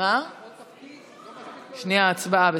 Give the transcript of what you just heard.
ייעוד כספי קנסות על עבירות שנקבעו